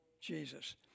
Jesus